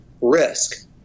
risk